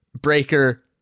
Breaker